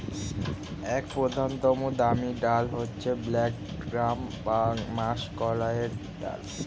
এক প্রধানতম দামি ডাল হচ্ছে ব্ল্যাক গ্রাম বা মাষকলাইয়ের ডাল